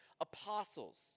apostles